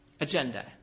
agenda